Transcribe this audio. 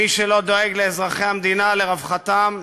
שלא דואג לאזרחי המדינה, לרווחתם,